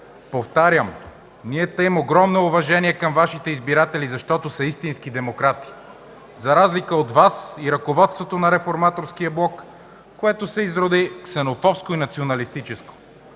Повтарям, ние таим огромно уважение към Вашите избиратели, защото са истински демократи, за разлика от Вас и ръководството на Реформаторския блок, което се изроди в ксенофобско и националистическо.